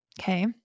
Okay